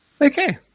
okay